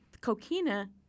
Coquina